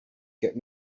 get